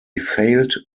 failed